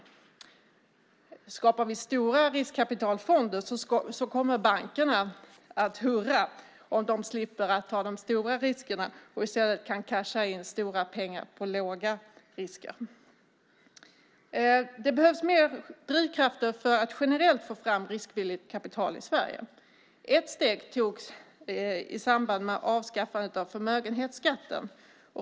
Om vi skapar stora riskkapitalfonder kommer bankerna att hurra om de slipper ta de stora riskerna och i stället kan "casha" in stora pengar på låga risker. Det behövs mer drivkrafter för att generellt få fram riskvilligt kapital i Sverige. Ett steg togs i samband med avskaffandet av förmögenhetsskatten.